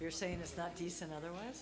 you're saying it's not decent otherwise